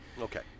Okay